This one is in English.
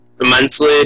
immensely